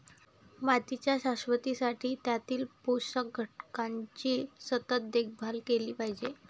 मातीच्या शाश्वततेसाठी त्यातील पोषक घटकांची सतत देखभाल केली पाहिजे